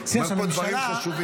הוא אומר פה דברים חשובים.